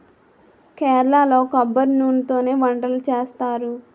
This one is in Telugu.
కేరళలో కొబ్బరి నూనెతోనే వంటలు చేస్తారు